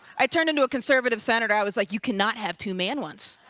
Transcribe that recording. i turned into a conservative senator. i was like, you cannot have two man ones.